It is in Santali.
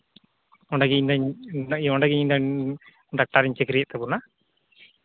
ᱚᱸᱰᱮᱜᱮ ᱤᱧᱫᱚᱧ ᱚᱸᱰᱮᱜᱮ ᱤᱧᱫᱚᱧ ᱰᱟᱠᱛᱟᱨᱤᱧ ᱪᱟᱹᱠᱨᱤᱭᱮᱫ ᱛᱟᱵᱚᱱᱟ